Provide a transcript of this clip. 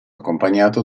accompagnato